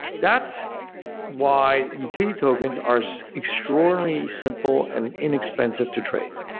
that's why utility tokens are so extraordinarily simple and inexpensive to trade,